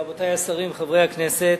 רבותי השרים, חברי הכנסת,